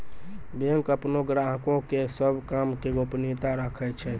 bank अपनो ग्राहको के सभ काम के गोपनीयता राखै छै